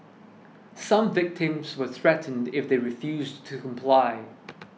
some victims were threatened if they refused to comply